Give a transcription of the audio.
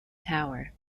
tower